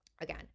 Again